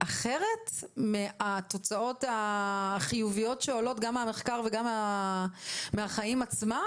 אחרת מהתוצאות החיוביות שעולות גם מהמחקר וגם מהחיים עצמם?